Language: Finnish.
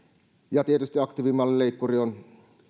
ja tietysti on